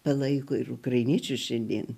palaiko ir ukrainiečius šiandien